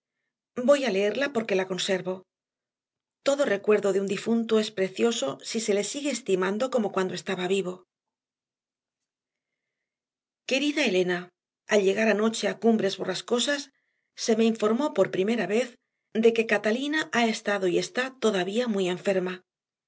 voy a leerla porque la conservo todo recuerdo de un difunto es precioso si se le sigue estimando como cuando estaba vivo q uerida e lena a lllegar anoche a cumbres borrascosas se meinformó por primera vez dequecatalina ha estado y está todavía muy enferma